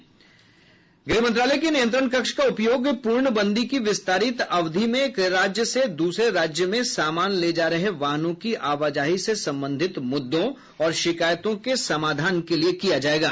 गृह मंत्रालय के नियंत्रण कक्ष का उपयोग पूर्णबंदी की विस्तारित अवधि में एक राज्य से दूसरे राज्य में सामान ले जा रहे वाहनों की आवाजाही से संबंधित मुद्दो और शिकायतों के समाधान के लिए किया जायेगा